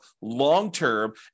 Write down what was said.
long-term